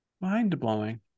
mind-blowing